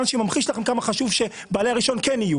שממחיש לכם כמה חשוב שבעלי הרישיון כן יהיו